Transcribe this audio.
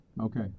Okay